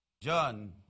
John